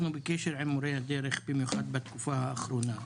אנחנו בקשר עם מורי הדרך במיוחד בתקופה האחרונה.